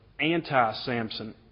anti-Samson